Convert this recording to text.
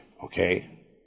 okay